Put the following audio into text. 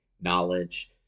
knowledge